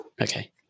Okay